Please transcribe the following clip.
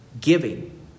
giving